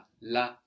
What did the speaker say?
la